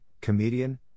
comedian